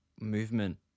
movement